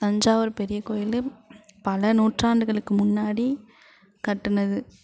தஞ்சாவூர் பெரிய கோயில் பல நூற்றாண்டுகளுக்கு முன்னாடி கட்டினது